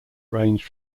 range